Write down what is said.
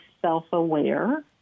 self-aware